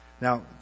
Now